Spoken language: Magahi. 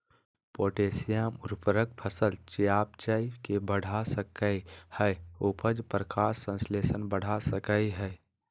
पोटेशियम उर्वरक फसल चयापचय के बढ़ा सकई हई, उपज, प्रकाश संश्लेषण बढ़ा सकई हई